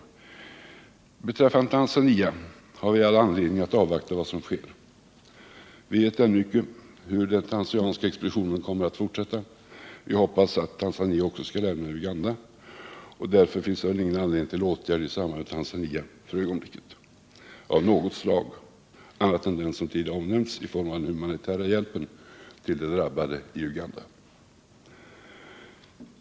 Vad beträffar Tanzania har vi all anledning att avvakta vad som sker. Vi vet ännu icke hur den tanzanianska expeditionen kommer att fortsätta. Vi hoppas att Tanzania skall lämna Uganda. Därför finns det väl för ögonblicket ingen anledning till åtgärder av något slag i samband med Tanzania annat än den som tidigare omnämnts i form av humanitärhjälp till de drabbade i Uganda.